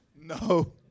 No